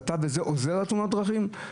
אתה עוזר לתאונות הדרכים?